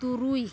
ᱛᱩᱨᱩᱭ